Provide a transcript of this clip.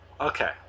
okay